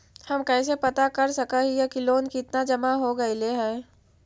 हम कैसे पता कर सक हिय की लोन कितना जमा हो गइले हैं?